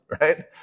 right